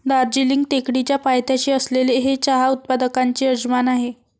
दार्जिलिंग टेकडीच्या पायथ्याशी असलेले हे चहा उत्पादकांचे यजमान आहे